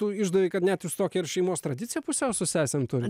tu išdavei kad net jūs tokią ir šeimos tradiciją pusiau su sesėm turit